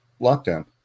lockdown